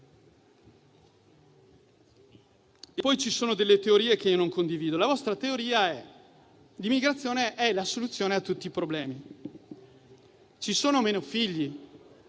sono poi delle teorie che io non condivido. La vostra teoria è che l'immigrazione è la soluzione a tutti i problemi. Ci sono meno figli?